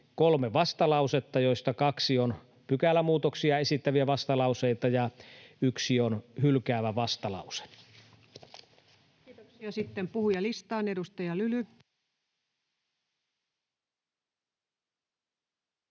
kolme vastalausetta, joista kaksi on pykälämuutoksia esittäviä vastalauseita ja yksi on hylkäävä vastalause. Kiitoksia. — Sitten puhujalistaan. — Edustaja Lyly.